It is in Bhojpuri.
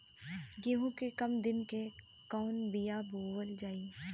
गेहूं के कम दिन के कवन बीआ बोअल जाई?